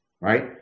right